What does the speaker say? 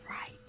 Right